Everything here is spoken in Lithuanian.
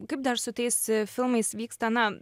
kaip dar su tais filmais vyksta na